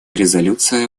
резолюция